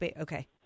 Okay